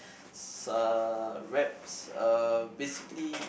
s~ uh raps are basically